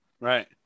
Right